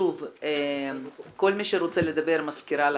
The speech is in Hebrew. שוב, כל מי שרוצה לדבר, אני מזכירה לכם,